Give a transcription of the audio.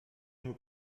nur